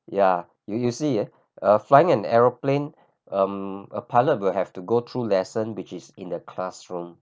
yeah you you see ah flying an aeroplane um a pilot will have to go through lesson which is in the classroom